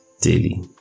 daily